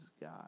God